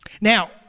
Now